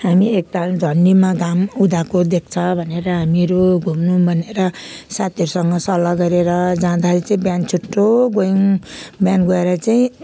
हामी एकताल झन्डीमा घाम उदाएको देख्छ भनेर हामीहरू घुम्नु भनेर साथीहरूसँग सल्लाह गरेर जाँदा चाहिँ बिहान छिटो गयौँ बिहान गएर चाहिँ